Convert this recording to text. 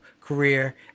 career